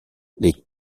les